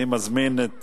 אני מזמין את